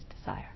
desire